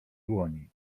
dłoni